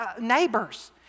neighbors